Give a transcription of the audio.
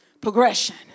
progression